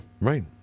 Right